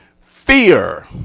fear